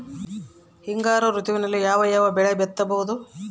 ಹಿಂಗಾರು ಋತುವಿನಲ್ಲಿ ಯಾವ ಯಾವ ಬೆಳೆ ಬಿತ್ತಬಹುದು?